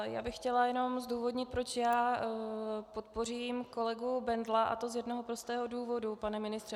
Já bych chtěla jenom zdůvodnit, proč podpořím kolegu Bendla, a to z jednoho prostého důvodu, pane ministře.